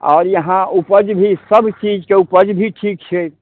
आओर यहाँ उपज भी सब चीज के उपज भी ठीक छै